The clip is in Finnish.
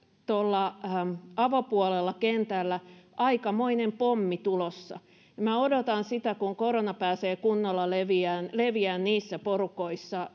avopuolella kentällä aikamoinen pommi tulossa odotan sitä kun korona pääsee kunnolla leviämään leviämään niissä porukoissa